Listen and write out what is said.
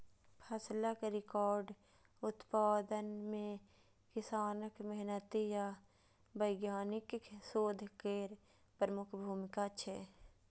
फसलक रिकॉर्ड उत्पादन मे किसानक मेहनति आ वैज्ञानिकक शोध केर प्रमुख भूमिका छै